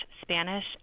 Spanish